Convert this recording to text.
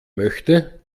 möchte